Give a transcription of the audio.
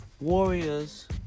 Warriors